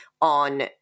on